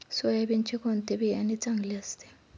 सोयाबीनचे कोणते बियाणे चांगले असते?